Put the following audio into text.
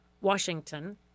Washington